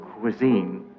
cuisine